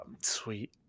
Sweet